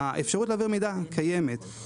האפשרות להעביר מידע קיימת,